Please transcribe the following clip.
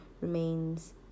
Remains